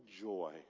joy